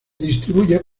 distribuye